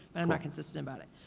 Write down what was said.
and i'm not consistent about it.